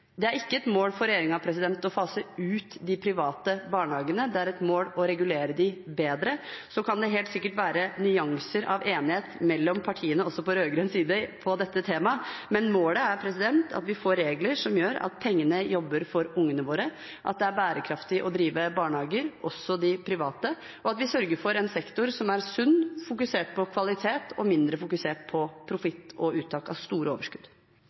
Det er ikke et mål for regjeringen å fase ut de private barnehagene, det er et mål å regulere dem bedre. Så kan det helt sikkert være nyanser av enighet mellom partiene også på rød-grønn side på dette temaet. Målet er at vi får regler som gjør at pengene jobber for ungene våre, at det er bærekraftig å drive barnehager, også de private, og at vi sørger for en sektor som er sunn, fokusert på kvalitet og mindre fokusert på profitt og uttak av store overskudd.